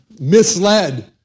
misled